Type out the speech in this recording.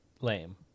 lame